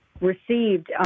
received